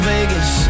Vegas